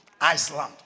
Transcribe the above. iceland